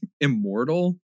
immortal